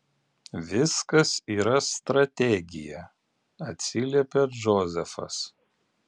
viskas yra strategija atsiliepia džozefas